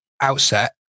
outset